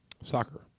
Soccer